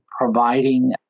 providing